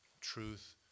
truth